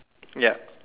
yup